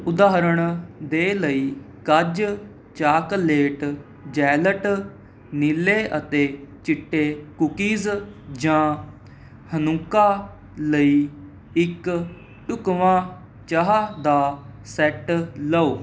ਉਦਾਹਰਣ ਦੇ ਲਈ ਕੱਝ ਚਾਕਲੇਟ ਜੈਲਟ ਨੀਲੇ ਅਤੇ ਚਿੱਟੇ ਕੂਕੀਜ਼ ਜਾਂ ਹਨੁੱਕਾ ਲਈ ਇੱਕ ਢੁਕਵਾਂ ਚਾਹ ਦਾ ਸੈੱਟ ਲਓ